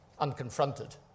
unconfronted